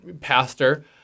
pastor